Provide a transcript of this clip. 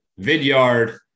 Vidyard